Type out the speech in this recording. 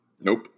Nope